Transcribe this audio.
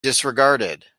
disregarded